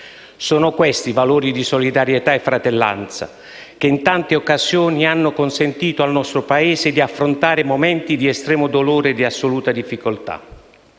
Sono questi i valori di solidarietà e fratellanza che in tante occasioni hanno consentito al nostro Paese di affrontare momenti di estremo dolore e di assoluta difficoltà.